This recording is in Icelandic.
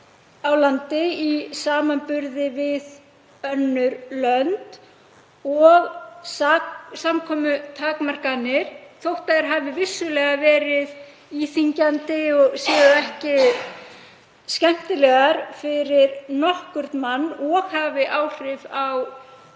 á landi í samanburði við önnur lönd. Samkomutakmarkanir, þótt þær hafi vissulega verið íþyngjandi og séu ekki skemmtilegar fyrir nokkurn mann og hafi áhrif á